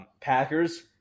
Packers